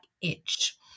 itch